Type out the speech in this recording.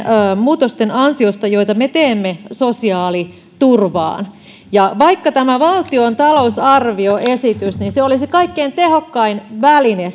muutosten ansiosta joita me teemme sosiaaliturvaan vaikka tämä valtion talousarvioesitys olisi kaikkein tehokkain väline